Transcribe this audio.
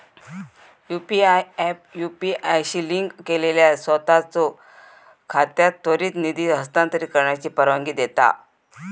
UPI app UPI शी link केलेल्या सोताचो खात्यात त्वरित निधी हस्तांतरित करण्याची परवानगी देता